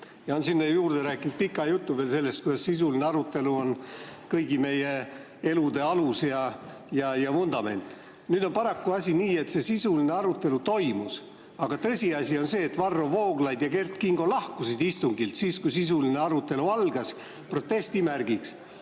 ja on sinna juurde rääkinud pika jutu veel sellest, kuidas sisuline arutelu on kõigi meie elude alus ja vundament. Nüüd on paraku asi nii, et sisuline arutelu toimus, aga tõsiasi on see, et Varro Vooglaid ja Kert Kingo lahkusid istungilt siis, kui sisuline arutelu algas, protesti märgiks.